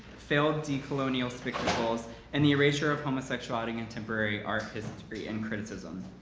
failed de colonial spictacles and the erasure of homosexuality contemporary art history and criticism.